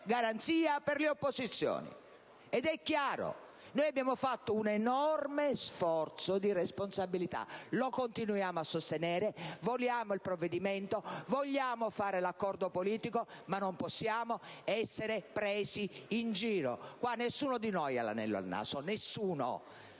garanzia per le opposizioni, ed è chiaro. Noi abbiamo fatto un enorme sforzo di responsabilità; lo continuiamo a sostenere, vogliamo il provvedimento, vogliamo fare l'accordo politico, ma non possiamo essere presi in giro. Qua nessuno di noi ha l'anello al naso, nessuno;